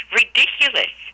ridiculous